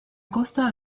costa